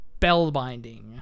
Spellbinding